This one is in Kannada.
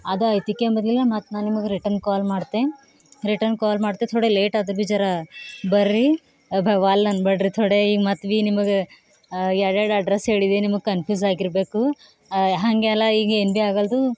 ಅದ ಆಯ್ತಿಕ್ಕೆ ಅಂಬೋದಿಲ್ಲ ಮತ್ತು ನಾನು ನಿಮಗೆ ರಿಟರ್ನ್ ಕಾಲ್ ಮಾಡ್ತೆ ರಿಟರ್ನ್ ಕಾಲ್ ಮಾಡ್ತೆ ಥೋಡೆ ಲೇಟ್ ಆದ್ರೆ ಭೀ ಜರಾ ಬರ್ರಿ ಒಲ್ಲೆ ಅನ್ನಬೇಡ್ರಿ ಥೋಡೆ ಮತ್ತು ಭೀ ನಿಮಗೆ ಎರಡು ಎರಡು ಅಡ್ರೆಸ್ ಹೇಳಿ ನಿಮಗೆ ಕನ್ಫ್ಯೂಸ್ ಆಗಿರಬೇಕು ಹಾಗೆಲ್ಲ ಈಗ ಏನು ಭೀ ಆಗಲ್ದು